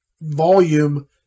volume